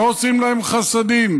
לא עושים להם חסדים.